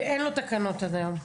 ואין לו תקנות עד היום?